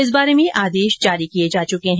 इस बारे में आदेश जारी किये जा चुके हैं